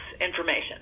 information